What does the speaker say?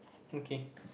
okay